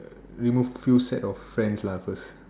uh remove few set of friend lah first